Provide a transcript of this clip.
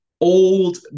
old